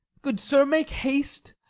good sir, make haste.